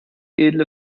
edle